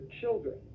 children